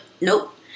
nope